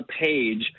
page